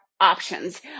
options